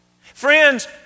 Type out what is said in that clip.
Friends